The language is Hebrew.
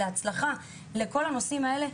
להצלחה ולכל הנושאים האלה,